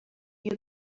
you